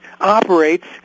operates